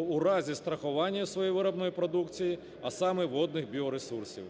у разі страхування своєї виробленої продукції, а саме водних біоресурсів.